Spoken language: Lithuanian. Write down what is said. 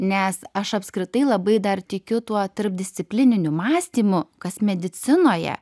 nes aš apskritai labai dar tikiu tuo tarpdisciplininiu mąstymu kas medicinoje